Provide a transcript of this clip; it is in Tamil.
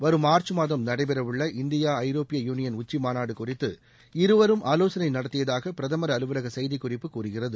வரும் மார்ச் மாதம் நடைபெறவுள்ள இந்தியா ஐரோப்பிய யூனியன் உச்சி மாநாடு குறித்து இருவரும் ஆலோசனை நடத்தியதாக பிரதமர் அலுவலக செய்திக்குறிப்பு கூறுகிறது